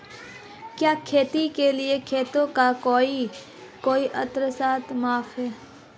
क्या खेती के लिए खेतों का कोई आदर्श माप है?